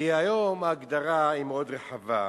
כי היום ההגדרה היא מאוד רחבה,